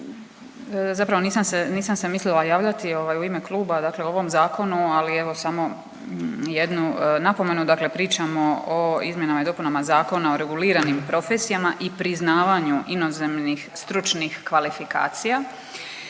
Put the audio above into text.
se, nisam se mislila javljati ovaj u ime klube dakle o ovom zakonu, ali evo samo jednu napomenu. Dakle, pričamo o izmjenama i dopunama Zakona o reguliranim profesijama i priznavanju inozemnih stručnih kvalifikacija,